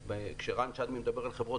- כשרן שדמי מדבר על חברות,